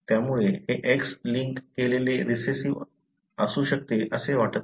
त्यामुळे हे X link केलेले रिसेसिव्ह असू शकते असे वाटत नाही